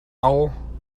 all